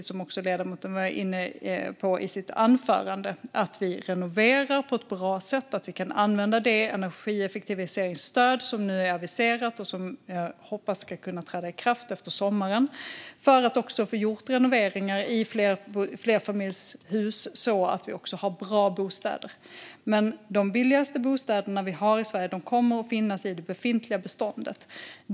Som ledamoten var inne på i sitt anförande är det viktigt att vi renoverar på ett bra sätt och att vi kan använda det energieffektiviseringsstöd som nu har aviserats och som jag hoppas ska träda i kraft efter sommaren, för att genomföra renoveringar i flerfamiljshus så att vi får bra bostäder. Men de billigaste bostäder som vi har i Sverige kommer att finnas i det befintliga beståndet.